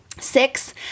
Six